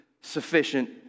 sufficient